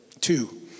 Two